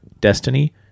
Destiny